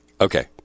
Okay